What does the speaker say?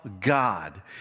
God